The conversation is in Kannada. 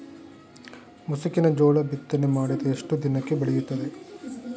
ಮುಸುಕಿನ ಜೋಳ ಬಿತ್ತನೆ ಮಾಡಿದ ಎಷ್ಟು ದಿನಕ್ಕೆ ಬೆಳೆಯುತ್ತದೆ?